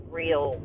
real